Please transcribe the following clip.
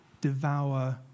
devour